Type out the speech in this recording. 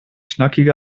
knackige